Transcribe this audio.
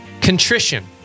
contrition